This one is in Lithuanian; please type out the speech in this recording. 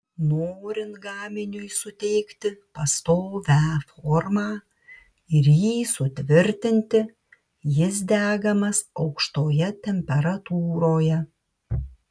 norint gaminiui suteikti pastovią formą ir jį sutvirtinti jis degamas aukštoje temperatūroje